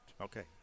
Okay